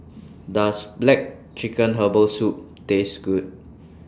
Does Black Chicken Herbal Soup Taste Good